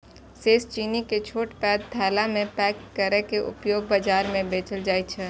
शेष चीनी कें छोट पैघ थैला मे पैक कैर के उपभोक्ता बाजार मे बेचल जाइ छै